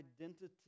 identity